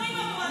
בסדר.